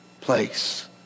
place